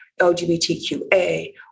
LGBTQA